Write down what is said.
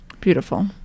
Beautiful